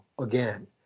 again